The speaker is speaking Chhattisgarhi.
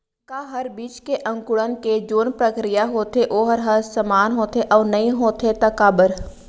का हर बीज के अंकुरण के जोन प्रक्रिया होथे वोकर ह समान होथे, अऊ नहीं होथे ता काबर?